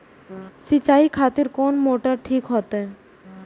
सीचाई खातिर कोन मोटर ठीक होते?